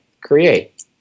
create